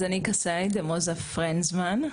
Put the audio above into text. אז אני קסאיי דמוזה פרנזמן,